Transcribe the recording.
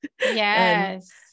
Yes